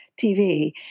TV